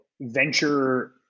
venture